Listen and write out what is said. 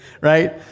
right